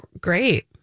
Great